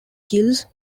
gilles